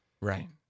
Right